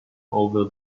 over